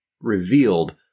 revealed